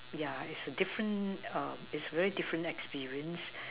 yeah is a different err is very different experience